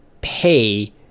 pay